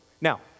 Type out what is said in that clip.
Now